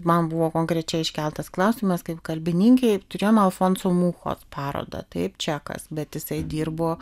man buvo konkrečiai iškeltas klausimas kaip kalbininkei turėjom alfonso mūkos parodą taip čekas bet jisai dirbo